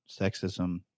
sexism